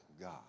God